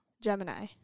Gemini